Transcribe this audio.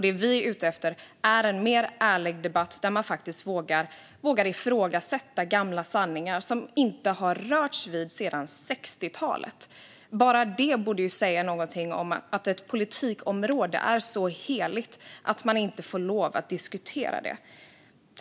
Det vi är ute efter är en mer ärlig debatt, där man faktiskt vågar ifrågasätta gamla sanningar som det inte har rörts vid sedan 60-talet. Bara det borde ju säga någonting - att ett politikområde är så heligt att man inte får lov att diskutera det.